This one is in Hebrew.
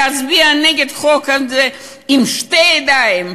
להצביע נגד החוק הזה בשתי הידיים,